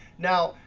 now,